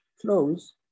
close